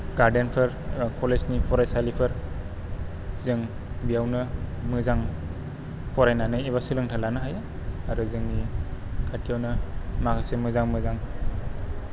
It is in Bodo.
गारदेनफोर कलेजनि फरायसालिफोर जों बेयावनो मोजां फरायनानै एबा सोलोंथाइ लानो हायो आरो जोंनि खाथियावनो माखासे मोजां मोजां